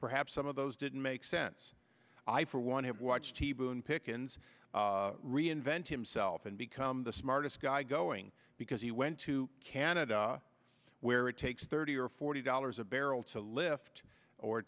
perhaps some of those didn't make sense i for one have watched t boone pickens reinvent himself and become the smartest guy going because he went to canada where it takes thirty or forty dollars a barrel to lift or